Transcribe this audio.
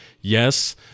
Yes